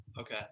Okay